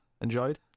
enjoyed